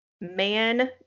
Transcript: Man